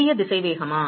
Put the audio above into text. சிறிய திசைவேகமா